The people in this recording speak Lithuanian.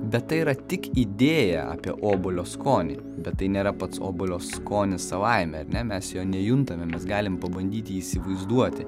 bet tai yra tik idėja apie obuolio skonį bet tai nėra pats obuolio skonis savaime ar ne mes jo nejuntame mes galim pabandyti jį įsivaizduoti